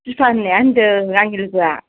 दिफा होननाया होनदों आंनि लोगोया